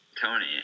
Tony